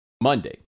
Monday